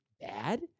bad—